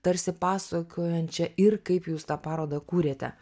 tarsi pasakojančią ir kaip jūs tą parodą kūrėte